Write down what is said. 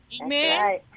Amen